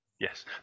Yes